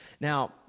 Now